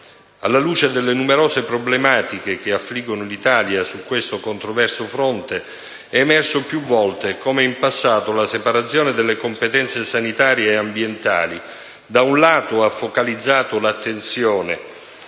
Alla luce delle numerose problematiche che affliggono l'Italia su questo controverso fronte, è emerso più volte come in passato la separazione delle competenze sanitarie e ambientali, da un lato, abbia focalizzato l'attenzione